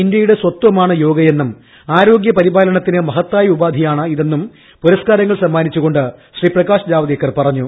ഇന്ത്യയുടെ ലോകത്ത് സിത്മാണ് ആരോഗ്യപരിപാലനത്തിന് മഹത്തായ ഉപാധിയാണ് ഇതെന്നും പുരസ്കാരങ്ങൾ സമ്മാനിച്ചു കൊണ്ട് ശ്രീ പ്രകാശ് ജാവദേക്കർ പറഞ്ഞു